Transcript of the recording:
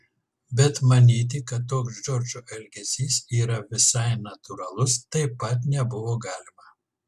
bet manyti kad toks džordžo elgesys yra visai natūralus taip pat nebuvo galima